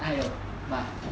还有 but